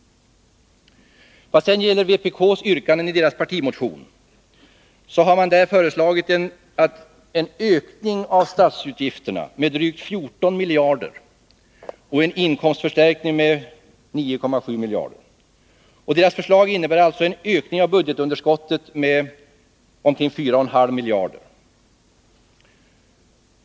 Vpk har i yrkandet i sin partimotion föreslagit en ökning av statsutgifterna med drygt 14 miljarder och en inkomstförstärkning med 9,7 miljarder. Deras förslag innebär alltså en ökning av budgetunderskottet med omkring 4,5 miljarder.